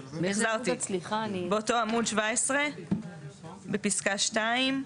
-- באותו עמוד 17 בפסקה (2)